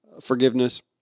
forgiveness